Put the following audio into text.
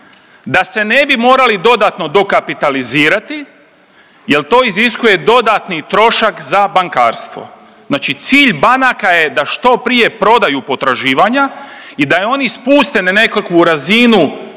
da se ne bi morali dodatno dokapitalizirati jel to iziskuje dodatni trošak za bankarstvo. Znači cilj banaka je da što prije prodaju potraživanja i da je oni spuste na nekakvu razinu